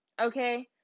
okay